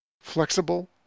Flexible